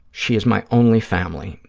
she is my only family.